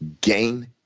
gain